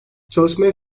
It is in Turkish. çalışmaya